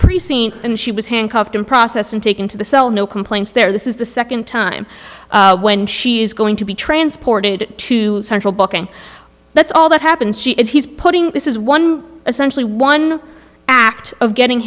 precinct and she was handcuffed in process and taken to the cell no complaints there this is the second time when she is going to be transported to central booking that's all that happens if he's putting this is one assembly one act of getting